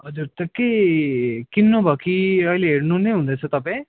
हजुर त्यो के किन्नुभयो कि अहिले हेर्नु नै हुँदैछ तपाईँ